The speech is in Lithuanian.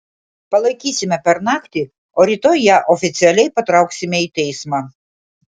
palaikysime per naktį o rytoj ją oficialiai patrauksime į teismą